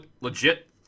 legit